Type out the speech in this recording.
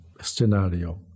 scenario